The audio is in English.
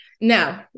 no